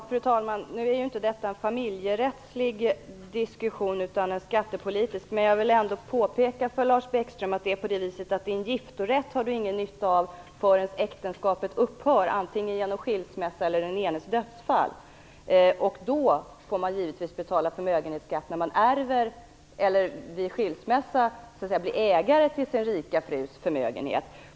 Fru talman! Detta är inte en familjerättslig diskussion utan en skattepolitisk. Jag vill ändå påpeka för Lars Bäckström att sin giftorätt har man ingen nytta av förrän äktenskapet upphör, antingen genom skilsmässa eller den enes död. Då får man givetvis betala förmögenhetsskatt, när man ärver eller vid en skilsmässa så att säga blir ägare till sin rika frus förmögenhet.